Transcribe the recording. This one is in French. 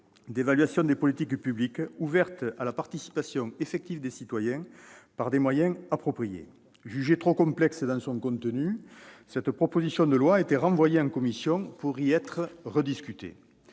d'évaluation des politiques publiques, ouverte à la participation effective des citoyens par des moyens appropriés. Jugée trop complexe, cette proposition de loi a été renvoyée voilà un an à la commission pour y être rediscutée.